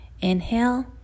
inhale